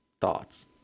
Thoughts